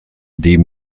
die